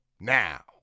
Now